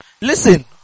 Listen